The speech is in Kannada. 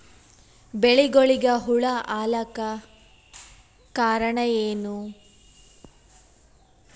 ಬೆಳಿಗೊಳಿಗ ಹುಳ ಆಲಕ್ಕ ಕಾರಣಯೇನು?